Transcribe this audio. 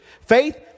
Faith